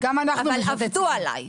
אבל עבדו עלי.